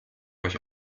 euch